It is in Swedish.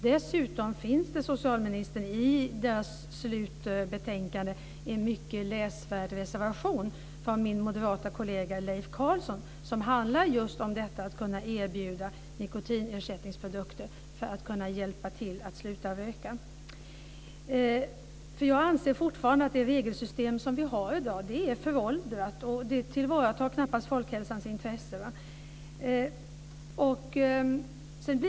Dessutom finns i slutbetänkandet, socialministern, en läsvärd reservation från min moderate kollega Leif Carlson, som handlar om att kunna erbjuda nikotinersättningsprodukter för att hjälpa till att sluta röka. Jag anser fortfarande att det regelsystem vi har i dag är föråldrat och knappast tillvaratar folkhälsans intressen.